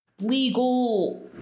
legal